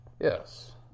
yes